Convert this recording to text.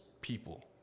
people